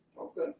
Okay